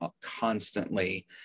constantly